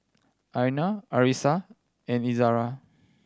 Aina Arissa and Izara